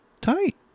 tight